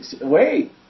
Wait